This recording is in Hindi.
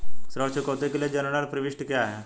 ऋण चुकौती के लिए जनरल प्रविष्टि क्या है?